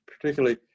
particularly